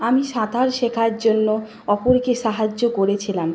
আমি সাঁতার শেখার জন্য অপরকে সাহায্য করেছিলাম